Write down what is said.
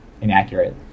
inaccurate